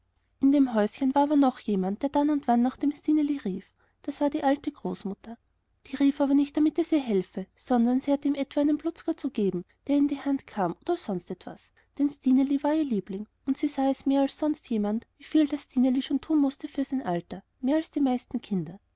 in dem häuschen aber war noch jemand der dann und wann nach dem stineli rief das war die alte großmutter die rief aber nicht damit es ihr noch helfe sondern sie hatte ihm etwa einen blutzger zu geben der ihr in die hand kam oder sonst etwas denn stineli war ihr liebling und sie sah es mehr als sonst irgend jemand wie viel das stineli schon tun mußte für sein alter mehr als die meisten kinder